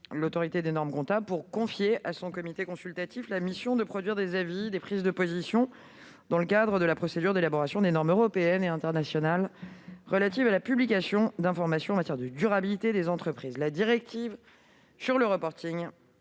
l'ordonnance qui crée l'ANC, pour confier à son comité consultatif la mission de produire des avis et des prises de position dans le cadre de la procédure d'élaboration des normes européennes et internationales relatives à la publication d'informations en matière de durabilité des entreprises. La directive sur le de